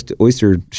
oyster